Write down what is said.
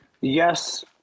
yes